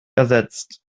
ersetzt